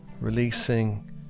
Releasing